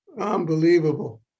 Unbelievable